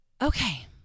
Okay